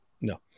No